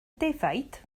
defaid